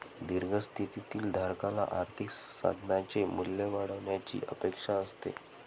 दीर्घ स्थितीतील धारकाला आर्थिक साधनाचे मूल्य वाढण्याची अपेक्षा असते